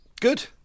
Good